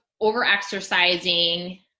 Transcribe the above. over-exercising